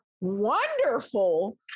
wonderful